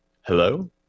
Hello